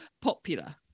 popular